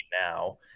now